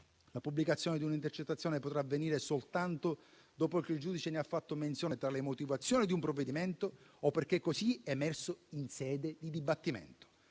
La pubblicazione di un'intercettazione potrà avvenire soltanto dopo che il giudice ne ha fatto menzione tra le motivazioni di un provvedimento, o perché così è emerso in sede di dibattimento.